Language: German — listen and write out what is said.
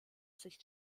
sich